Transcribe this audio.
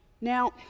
Now